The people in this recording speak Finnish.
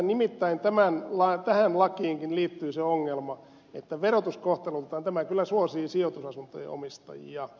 nimittäin tähän lakiinkin liittyy se ongelma että verotuskohtelultaan tämä kyllä suosii sijoitusasuntojen omistajia